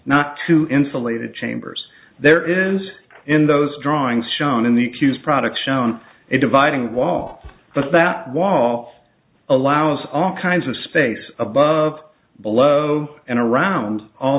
not two insulated chambers there is in those drawings shown in the accused product shown a dividing wall but that wall allows all kinds of space above below and around all